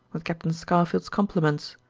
with captain scarfield's compliments,